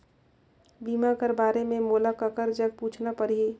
बीमा कर बारे मे मोला ककर जग पूछना परही?